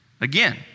Again